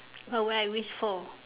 what would I wish for